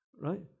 Right